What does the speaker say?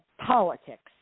politics